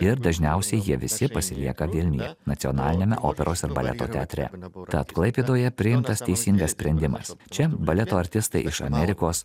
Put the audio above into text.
ir dažniausiai jie visi pasilieka vilniuje nacionaliniame operos ir baleto teatre tad klaipėdoje priimtas teisingas sprendimas čia baleto artistai iš amerikos